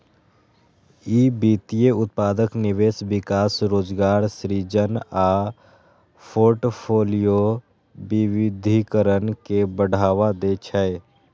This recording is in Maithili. ई वित्तीय उत्पादक निवेश, विकास, रोजगार सृजन आ फोर्टफोलियो विविधीकरण के बढ़ावा दै छै